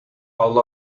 all